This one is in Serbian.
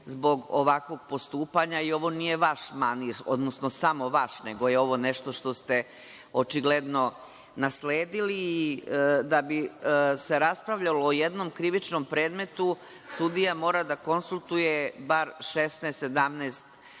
zbog ovakvog postupaka i ovo nije vaš manir, odnosno samo vaš, nego je ovo nešto što ste očigledno nasledili. Da bi se raspravljalo o jednom krivičnom predmetu, sudija mora da konsultuje bar 16-17